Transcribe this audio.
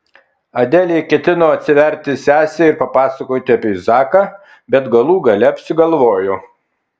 adelė ketino atsiverti sesei ir papasakoti apie zaką bet galų gale apsigalvojo